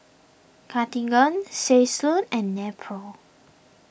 Cartigain Selsun and Nepro